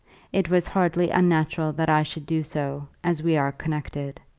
it was hardly unnatural that i should do so, as we are connected.